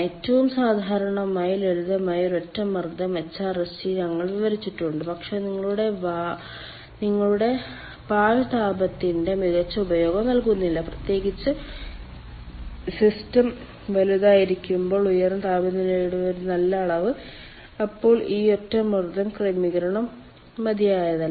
ഏറ്റവും സാധാരണവും ലളിതവുമായ ഒരൊറ്റ മർദ്ദം HRSG ഞങ്ങൾ വിവരിച്ചിട്ടുണ്ട് പക്ഷേ നിങ്ങളുടെ പാഴ് താപത്തിന്റെ മികച്ച ഉപയോഗം നൽകുന്നില്ല പ്രത്യേകിച്ച് സിസ്റ്റം വലുതായിരിക്കുമ്പോൾ ഉയർന്ന താപനിലയുടെ ഒരു നല്ല അളവ് അപ്പോൾ ഈ ഒറ്റ മർദ്ദം ക്രമീകരണം മതിയായതല്ല